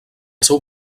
seu